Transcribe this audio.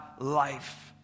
life